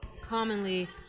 commonly